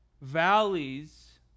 Valleys